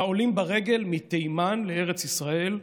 העולים ברגל מתימן לארץ ישראל,